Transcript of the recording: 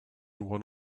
one